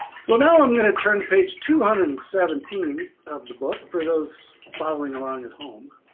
so now i'm going to turn to page two hundred and seventeen of the book, for those following along at home,